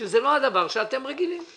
שזה לא הדבר שאתם רגילים לו.